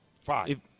Five